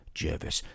jervis